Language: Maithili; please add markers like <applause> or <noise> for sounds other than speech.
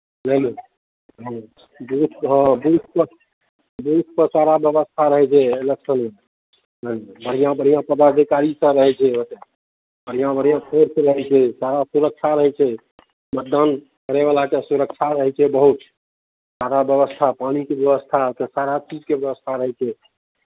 बुझलहुँ हँ बूथ हँ बूथपर बूथपर सारा व्यवस्था रहै छै इलेक्शनमे <unintelligible> बढ़िआँ बढ़िआँ पदाधिकारीसभ रहै छै ओतय बढ़िआँ बढ़िआँ फोर्स रहै छै सारा सुरक्षा रहै छै मतदान करयवलाके सुरक्षा रहै छै बहुत सारा व्यवस्था पानिके व्यवस्था सारा चीजके व्यवस्था रहै छै